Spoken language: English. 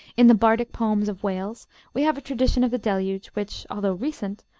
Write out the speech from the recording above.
in the bardic poems of wales we have a tradition of the deluge which, although recent,